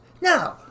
Now